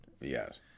Yes